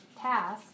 task